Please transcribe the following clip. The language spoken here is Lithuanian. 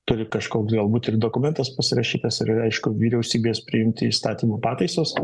turi kažkoks galbūt ir dokumentas pasirašytas ir aišku vyriausybės priimti įstatymų pataisos